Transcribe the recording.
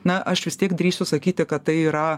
na aš vis tiek drįstu sakyti kad tai yra